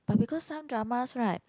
but because some dramas right